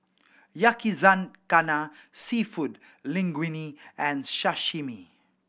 Yakizakana Seafood Linguine and Sashimi